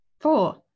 four